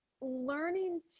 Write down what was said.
learning